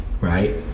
right